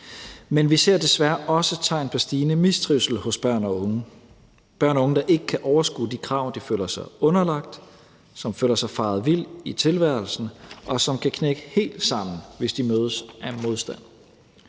Men vi ser desværre også tegn på stigende mistrivsel hos børn og unge, der ikke kan overskue de krav, de føler sig underlagt; som føler sig faret vild i tilværelsen; og som kan knække helt sammen, hvis de mødes af modstand.